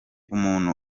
umuntu